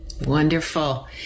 wonderful